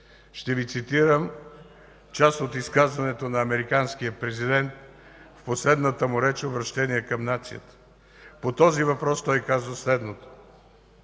Ще Ви цитирам част от изказването на американския президент в последната му реч – обръщение към нацията. По този въпрос той казва следното: